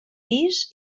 pis